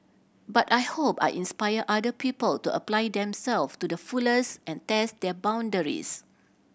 but I hope I inspire other people to apply themselves to the fullest and test their boundaries